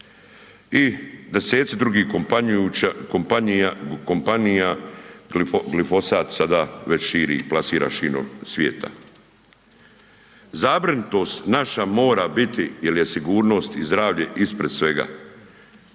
i deseci drugih kompanija glifosat sada već širi i plasira širom svijeta. Zabrinutost naša mora biti jel je sigurnost i zdravlje ispred svega.